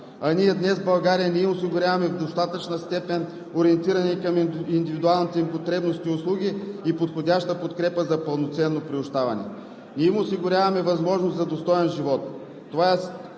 а ние днес в България не им осигуряваме в достатъчна степен, ориентирани към индивидуалните им потребности, услуги и подходяща подкрепа за пълноценно приобщаване, не им осигуряваме възможност за достоен живот.